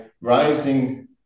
rising